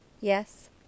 Yes